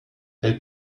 elle